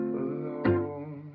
alone